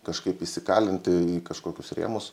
kažkaip įsikalinti į kažkokius rėmus